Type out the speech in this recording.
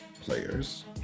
players